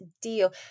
deal